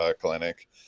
clinic